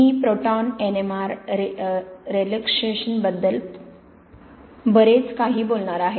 मी proton NMR relaxation बद्दल बरेच काही बोलणार आहे